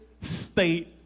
State